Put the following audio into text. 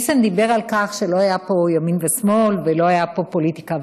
ניסן דיבר על כך שלא היה פה ימין ושמאל ולא הייתה פה פוליטיקה,